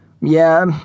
Yeah